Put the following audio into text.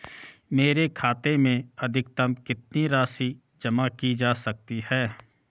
मेरे खाते में अधिकतम कितनी राशि जमा की जा सकती है?